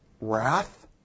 wrath